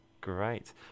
Great